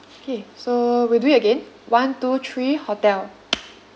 K so we do it again one two three hotel